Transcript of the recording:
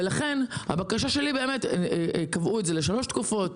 ולכן הבקשה שלי, קבעו את זה לשלוש תקופות?